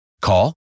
Call